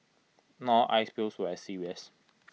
not oil spills were as serious